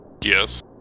Yes